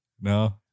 No